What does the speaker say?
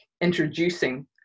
introducing